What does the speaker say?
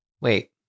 Wait